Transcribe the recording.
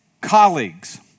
colleagues